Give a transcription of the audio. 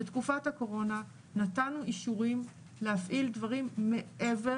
בתקופת הקורונה נתנו אישורים להפעיל דברים מעבר